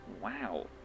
Wow